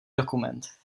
dokument